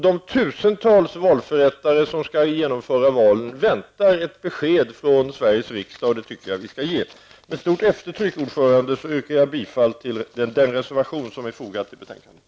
De tusentals valförrättare som har att genomföra valen väntar ett besked från Sveriges riksdag, och det tycker jag att vi skall ge dem. Herr talman! Med stort eftertryck yrkar jag bifall till den reservation som är fogad till betänkandet.